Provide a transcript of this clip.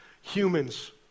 humans